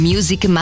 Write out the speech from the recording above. Music